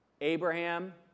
Abraham